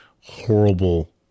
horrible